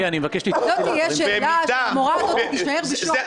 זו תהיה שאלה שהמורה הזו תישאר בשוק,